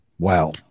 Wow